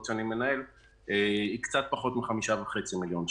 שאני מנהל היא קצת פחות מ-5.5 מיליון שקלים.